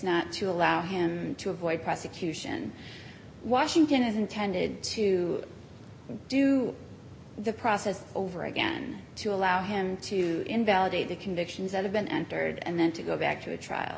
not to allow him to avoid prosecution washington is intended to do the process over again to allow him to invalidate the convictions that have been entered and then to go back to a trial